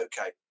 okay